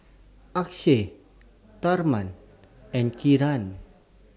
Akshay Tharman and Kiran